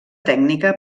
tècnica